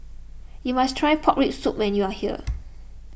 you must try Pork Rib Soup when you are here